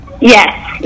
Yes